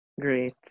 Great